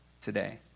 today